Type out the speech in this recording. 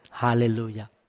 Hallelujah